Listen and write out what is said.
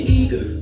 eager